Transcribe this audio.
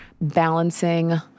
Balancing